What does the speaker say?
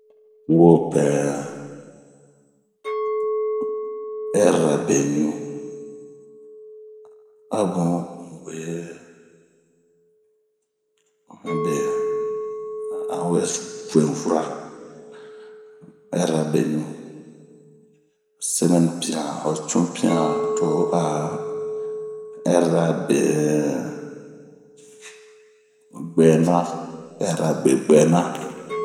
wopɛɛ hɛrira beɲu abun unwe awefue unsura hɛrirabeɲu semɛnipian, tohocunpian to a hɛrirabe bwɛna ,hɛrirabe bwɛna